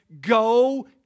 go